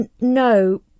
No